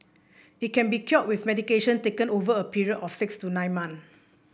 it can be cured with medication taken over a period of six to nine months